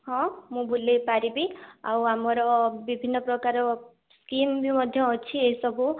ହଁ ମୁଁ ବୁଲେଇ ପାରିବି ଆଉ ଆମର ବିଭିନ୍ନ ପ୍ରକାର ସ୍କିମ୍ ବି ମଧ୍ୟ ଅଛି ଏସବୁ